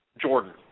Jordan